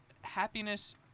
happiness